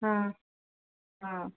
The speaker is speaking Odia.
ହଁ ହଁ